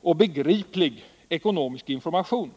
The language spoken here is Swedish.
och begriplig ekonomisk information.